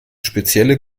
spezielle